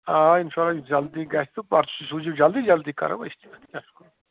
آ اِنشاء اللہ یہِ جلدی گژھِ تہٕ پرچہِ سوٗزیوٗ جَلدی جَلدی کَرَو أسۍ تہِ اَتھ کیٛاہ چھُ کَرُن